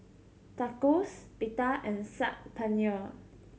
Tacos Pita and Saag Paneer